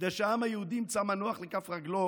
כדי שהעם היהודי ימצא מנוח לכף רגלו